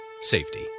safety